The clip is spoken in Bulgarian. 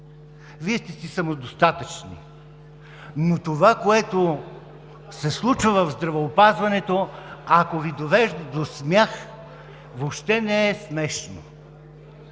Вие сте си самодостатъчни. Но това, което се случва в здравеопазването, ако Ви довежда до смях, въобще не е смешно.